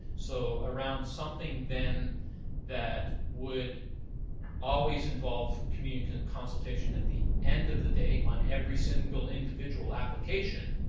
so around something then that would always involve community consultation at the end of the day on every single individual application